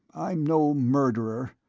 i'm no murderer.